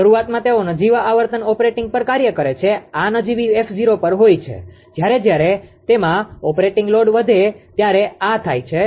શરૂઆતમાં તેઓ નજીવા આવર્તન ઓપરેટીંગ પર કાર્ય કરે છે આ નજીવી 𝑓0 પર હોય છે જ્યારે જ્યારે તેમાં ઓપરેટિંગ લોડ વધે ત્યારે આ થાય છે